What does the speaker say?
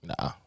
nah